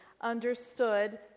understood